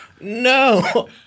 No